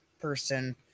person